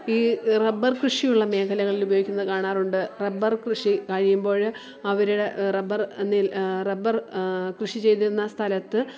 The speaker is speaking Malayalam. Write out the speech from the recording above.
ഈ റബ്ബർ കൃഷി ഉള്ള മേഖലകളിൽ ഉപയോഗിക്കുന്നത് കാണാറുണ്ട് റബ്ബർ കൃഷി കഴിയുമ്പോൾ അവർ ടെ റബ്ബർ നിൽ റബ്ബർ കൃഷി ചെയ്തിരുന്ന സ്ഥലത്ത്